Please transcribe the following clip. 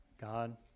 God